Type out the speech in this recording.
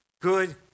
Good